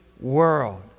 world